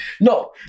No